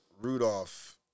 Rudolph